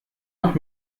nach